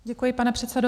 Děkuji, pane předsedo.